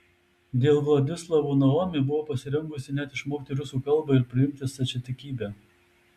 dėl vladislavo naomi buvo pasirengusi net išmokti rusų kalbą ir priimti stačiatikybę